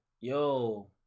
Yo